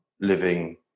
living